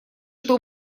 что